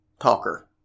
talker